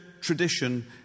tradition